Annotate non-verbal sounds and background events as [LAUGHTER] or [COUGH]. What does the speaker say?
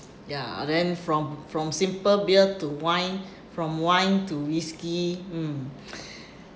ya then from from simple beer to wine from wine to whiskey mm [BREATH]